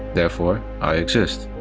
therefore, i exist.